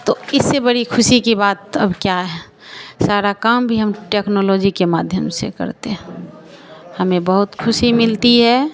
तो इससे बड़ी ख़ुशी की बात अब क्या है सारा काम भी हम टेक्नोलॉजी के माध्यम से करते हैं हमें बहुत ख़ुशी मिलती है